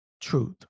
truth